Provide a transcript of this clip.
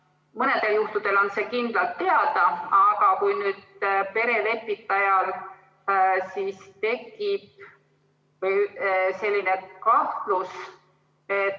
mõnedel juhtudel on see kindlalt teada, aga kui perelepitajal tekib selline